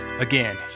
Again